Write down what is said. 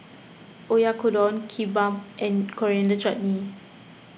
Oyakodon Kimbap and Coriander Chutney